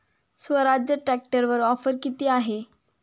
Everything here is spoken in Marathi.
स्वराज्य ट्रॅक्टरवर ऑफर किती आहे?